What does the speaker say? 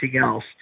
else